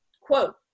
Quote